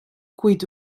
cuit